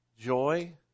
Joy